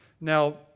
Now